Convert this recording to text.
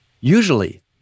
Usually